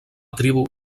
tribu